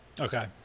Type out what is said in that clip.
okay